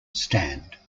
stand